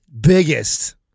Biggest